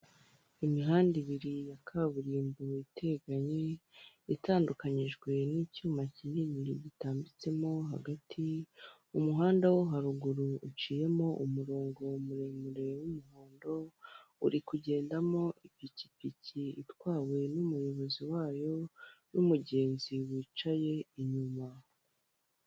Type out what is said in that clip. Imihanda ibiri ya kaburimbo iteganye, itandukanyijwe n'icyuma kinini gitambitsemo hagati, umuhanda wo haruguru uciyemo umurongo muremure w'umuhondo, uri kugendamo ipikipiki itwawe n'umuyobozi wayo n'umugenzi wicaye inyuma.